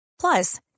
Plus